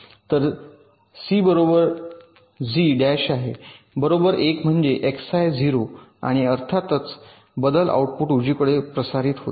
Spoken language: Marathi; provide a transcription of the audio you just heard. तर शी झीर डॅश आहे बरोबर 1 म्हणजे Xi 0 आणि अर्थातच बदल आउटपुट उजवीकडे प्रसारित होईल